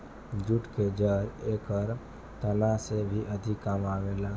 jute के जड़ एकर तना से भी अधिका काम आवेला